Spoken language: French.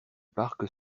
parc